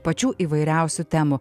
pačių įvairiausių temų